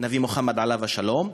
עליו השלום,